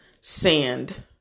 sand